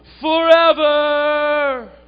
forever